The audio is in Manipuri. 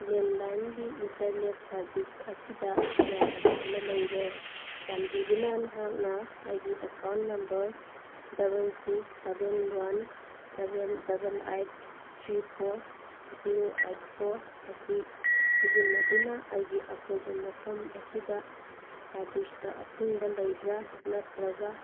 ꯂꯦꯟꯂꯥꯏꯟꯒꯤ ꯏꯟꯇꯔꯅꯦꯠ ꯁꯥꯔꯕꯤꯁ ꯑꯁꯤꯗ ꯌꯥꯗꯕ ꯑꯃ ꯂꯩꯔꯦ ꯆꯥꯟꯕꯤꯗꯨꯅ ꯅꯍꯥꯛꯅ ꯑꯩꯒꯤ account number double six seven one seven double eight three four zero eight four ꯑꯁꯤ ꯁꯤꯖꯤꯟꯅꯗꯨꯅ ꯑꯩꯒꯤ ꯑꯀꯣꯏꯕ ꯃꯐꯝ ꯑꯁꯤꯗ ꯁꯥꯔꯕꯤꯁꯇ ꯑꯊꯤꯡꯕ ꯂꯩꯕ꯭ꯔꯥ ꯅꯠꯇ꯭ꯔꯒ